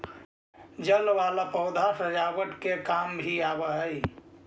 जल वाला पौधा सजावट के काम भी आवऽ हई